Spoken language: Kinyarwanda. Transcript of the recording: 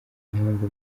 impamvu